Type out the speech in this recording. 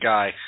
Guy